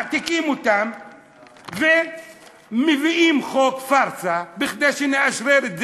מעתיקים אותם ומביאים חוק פארסה כדי שנאשרר את זה,